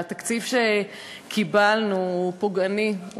התקציב שקיבלנו הוא פוגעני,